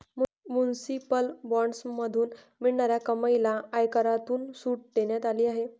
municipal बॉण्ड्समधून मिळणाऱ्या कमाईला आयकरातून सूट देण्यात आली आहे